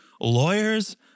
lawyers